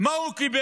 מה הוא קיבל?